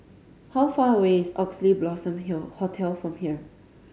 how far away is Oxley Blossom Hotel from here